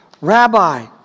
Rabbi